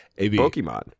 Pokemon